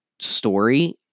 story